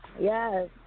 Yes